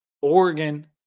Oregon